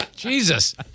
Jesus